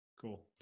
Cool